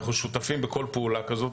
אנחנו שותפים בכל פעולה כזאת,